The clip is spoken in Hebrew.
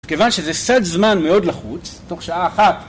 כיוון שזה סד זמן מאוד לחוץ, תוך שעה אחת